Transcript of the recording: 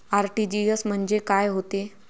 RTGS म्हंजे काय होते?